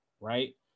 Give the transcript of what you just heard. right